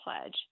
Pledge